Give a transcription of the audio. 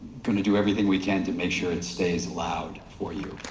going to do everything we can to make sure it stays loud for you.